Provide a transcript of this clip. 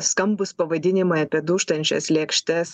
skambūs pavadinimai apie dūžtančias lėkštes